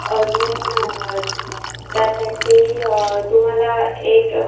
अजून त्यासाठी तुम्हाला एक